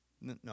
No